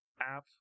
app